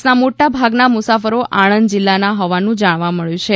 બસના મોટાભાગના મુસાફરો આણંદ જીલ્લાના હોવાનું જાણવા મળ્યું છે